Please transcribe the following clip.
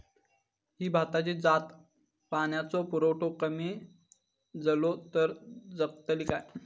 ही भाताची जात पाण्याचो पुरवठो कमी जलो तर जगतली काय?